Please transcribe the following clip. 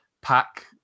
Pack